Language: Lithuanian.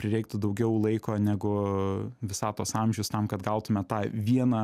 prireiktų daugiau laiko negu visatos amžius tam kad gautume tą vieną